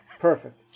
Perfect